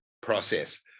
process